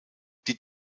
die